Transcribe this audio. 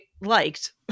liked